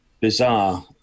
bizarre